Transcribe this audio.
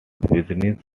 business